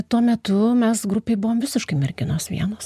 tuo metu mes grupei buvo visiškai merginos vienos tiktai taip